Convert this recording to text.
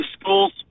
schools